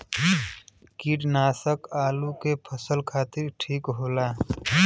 कीटनाशक आलू के फसल खातिर ठीक होला